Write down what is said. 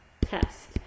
test